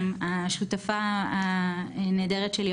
השותפה נהדרת שלי,